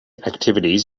activities